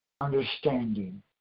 understanding